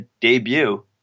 debut